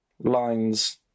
lines